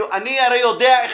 אני הרי יודע איך.